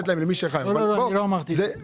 לא אמרתי את זה.